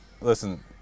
listen